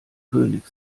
könig